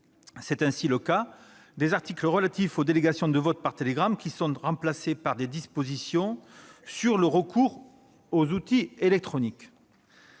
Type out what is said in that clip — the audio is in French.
C'est ainsi le cas des articles relatifs aux délégations de vote par télégramme, qui sont remplacés par des dispositions sur le recours aux outils électroniques.